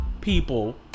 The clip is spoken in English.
people